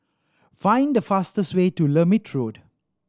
find the fastest way to Lermit Road